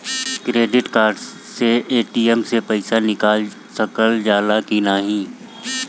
Credit card से ATM से पइसा निकाल सकल जाला की नाहीं?